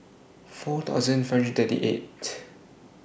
four thousand five hundred thirty eight